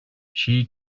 she